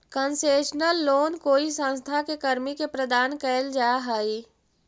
concessional loan कोई संस्था के कर्मी के प्रदान कैल जा हइ